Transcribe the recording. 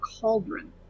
cauldron